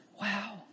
Wow